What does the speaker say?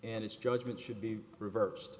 and his judgment should be reversed